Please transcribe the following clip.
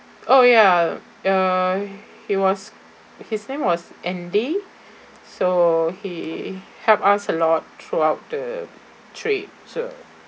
oh ya uh he was his name was andy so he helped us a lot throughout the trip so